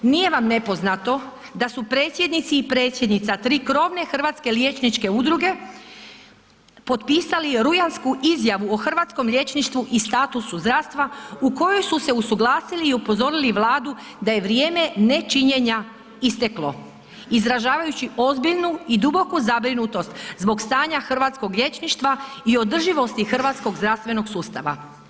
Nije vam nepoznato da su predsjednici i Predsjednica, tri krovne hrvatske liječničke udruge potpisali rujansku izjavu o hrvatskom liječništvu i statusu zdravstva u kojoj su se usuglasili i upozorili Vladu da je vrijeme nečinjenja isteklo izražavajući ozbiljnu i duboku zabrinutost zbog stanja hrvatskog liječništva i održivosti hrvatskog zdravstvenog sustava.